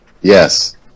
Yes